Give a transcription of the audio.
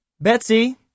Betsy